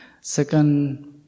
second